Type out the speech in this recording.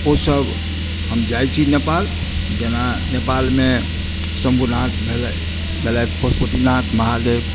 ओ सभ हम जाइत छी नेपाल जेना नेपालमे शम्भुनाथ भेलथि पशुपति नाथ महादेव